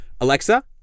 Alexa